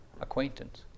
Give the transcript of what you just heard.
acquaintance